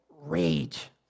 rage